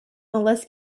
unless